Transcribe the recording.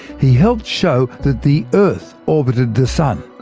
he helped show that the earth orbited the sun,